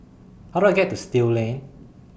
How Do I get to Still Lane